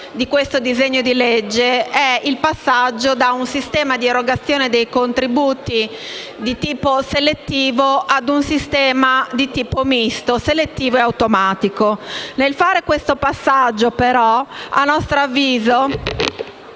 di questo disegno di legge è il passaggio da un sistema di erogazione dei contributi di tipo selettivo a un sistema di tipo misto, selettivo e automatico. In questo passaggio, però - a nostro avviso